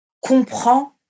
comprend